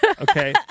Okay